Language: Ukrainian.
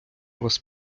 вас